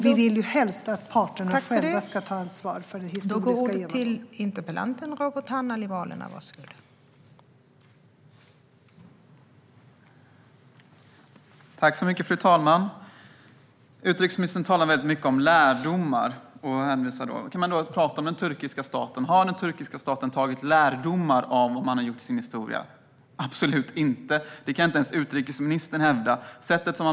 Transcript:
Vi vill ju helst att parterna själva ska ta ansvar för sin historia.